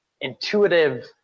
intuitive